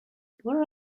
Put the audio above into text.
where